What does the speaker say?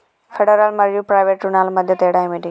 Federal మరియు private రుణాల మధ్య తేడా ఏమిటి?